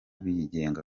bigenga